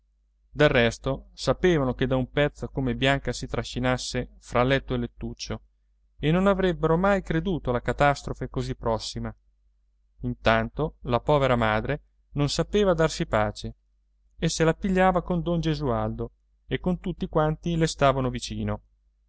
del resto sapevano da un pezzo come bianca si strascinasse fra letto e lettuccio e non avrebbero mai creduto la catastrofe così prossima intanto la povera madre non sapeva darsi pace e se la pigliava con don gesualdo e con tutti quanti le stavano vicino